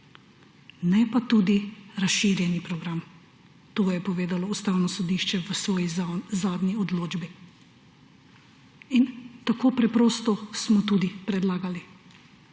ne pa tudi razširjeni program. To je povedalo Ustavno sodišče v svoji zadnji odločbi. In tako preprosto smo tudi predlagali.